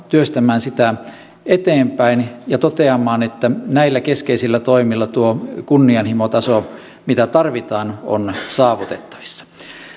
työstämään sitä eteenpäin ja toteamaan että näillä keskeisillä toimilla tuo kunnianhimon taso mitä tarvitaan on saavutettavissa